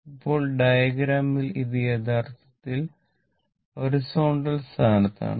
ഇപ്പോൾ ഡയഗ്രാമിൽ ഇത് യഥാർത്ഥത്തിൽ ഹോറോസോണ്ടൽ സ്ഥാനത്താണ്